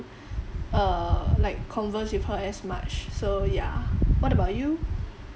uh like converse with her as much so yeah what about you